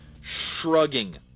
Shrugging